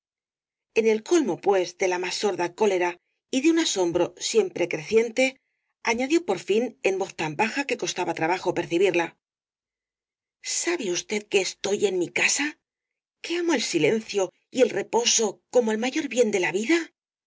en el colmo pues de la más sorda cólera y de un asombro siempre crecienel caballero de las botas azules te añadió por fin en voz tan baja que costaba trabajo percibirla sabe usted que estoy en mi casa que amo el silencio y el reposo como el mayor bien de la vida